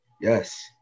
Yes